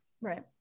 right